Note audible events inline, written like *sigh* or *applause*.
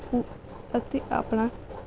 *unintelligible* ਅਤੇ ਆਪਣਾ